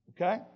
Okay